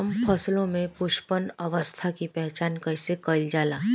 हम फसलों में पुष्पन अवस्था की पहचान कईसे कईल जाला?